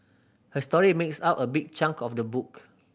her story makes up a big chunk of the book